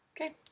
Okay